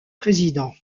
président